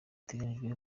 iteganyijwe